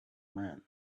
man